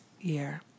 year